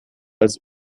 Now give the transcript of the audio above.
als